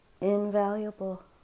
Invaluable